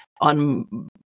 on